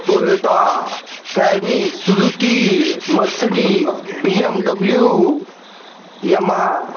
Toyota Camry Suzuki Mercedes BMW Yamaha